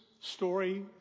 story